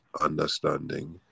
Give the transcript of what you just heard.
understanding